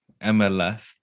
MLS